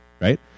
right